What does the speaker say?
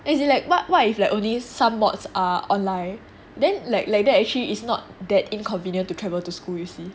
as in like what if like only some module are online then like that actually is not that inconvenient to travel to school you see